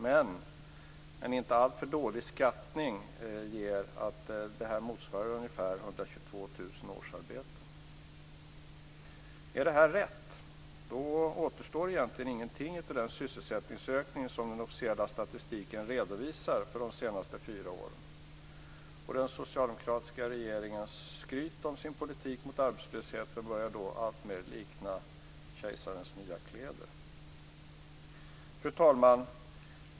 Men en inte alltför dålig skattning ger att detta motsvarar ungefär 122 000 Är detta riktigt, då återstår egentligen ingenting av den sysselsättningsökning som den officiella statistiken redovisar för de senaste fyra åren. Den socialdemokratiska regeringens skryt över sin politik mot arbetslöshet börjar då alltmer lika kejsarens nya kläder. Fru talman!